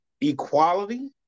equality